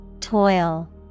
Toil